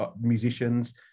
musicians